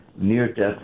near-death